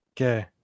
Okay